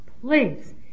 please